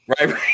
Right